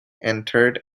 entered